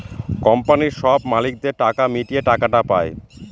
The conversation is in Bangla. কোম্পানির সব মালিকদের টাকা মিটিয়ে টাকাটা পায়